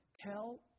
tell